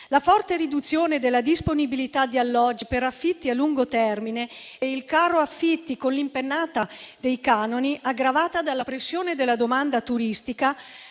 La forte riduzione della disponibilità di alloggi per affitti a lungo termine e il caro affitti, con l'impennata dei canoni, aggravata dalla pressione della domanda turistica